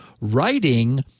writing